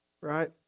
right